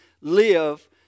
live